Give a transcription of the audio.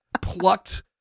plucked